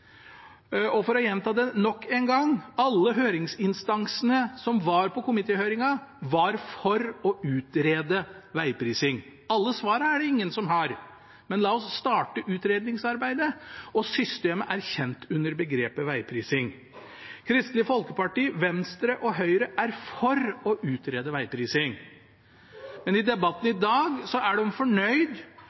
Og for å gjenta det nok engang: Alle instansene som var på komitéhøringen, var for å utrede veiprising. Alle svar er det ingen som har, men la oss starte utredningsarbeidet. Systemet er kjent under begrepet «vegprising». Kristelig Folkeparti, Venstre og Høyre er for å utrede vegprising, men i debatten i dag er de fornøyd